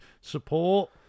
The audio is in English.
support